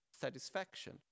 satisfaction